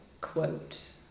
quote